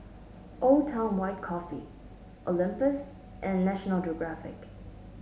Old Town White Coffee Olympus and National Geographic